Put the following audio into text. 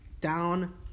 Down